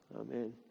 Amen